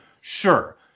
Sure